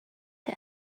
him